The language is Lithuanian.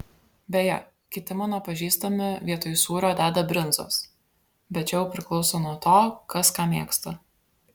beje kiti mano pažįstami vietoj sūrio deda brinzos bet čia jau priklauso nuo to kas ką mėgsta